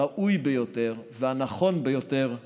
הראוי ביותר והנכון ביותר האפשרי.